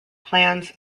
plans